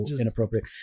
inappropriate